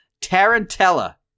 Tarantella